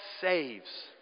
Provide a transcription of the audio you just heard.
saves